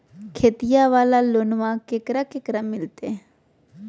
खेतिया वाला लोनमा केकरा केकरा मिलते?